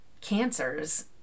cancers